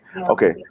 Okay